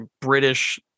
British